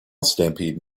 stampede